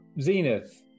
Zenith